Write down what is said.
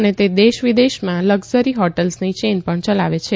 અને તે દેશ વિદેશમાં લક્ઝરી હોટેલ્સની ચેન પણ ચલાવે છે